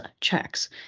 checks